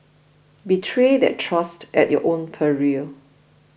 betray that trust at your own peril